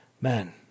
man